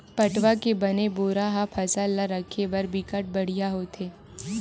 पटवा के बने बोरा ह फसल ल राखे बर बिकट बड़िहा होथे